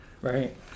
Right